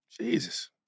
Jesus